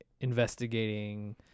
investigating